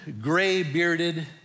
gray-bearded